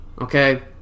Okay